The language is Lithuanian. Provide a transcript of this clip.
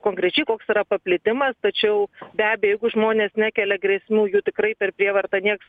konkrečiai koks yra paplitimas tačiau be abejo jeigu žmonės nekelia grėsmių jų tikrai per prievartą nieks